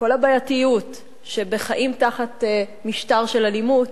לכל הבעייתיות שבחיים תחת משטר של אלימות,